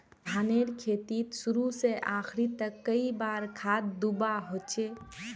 धानेर खेतीत शुरू से आखरी तक कई बार खाद दुबा होचए?